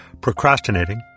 procrastinating